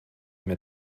mehr